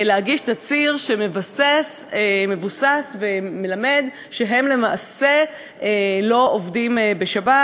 להגיש תצהיר מבוסס שמלמד שהם למעשה לא עובדים בשבת,